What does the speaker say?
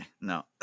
No